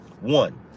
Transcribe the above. one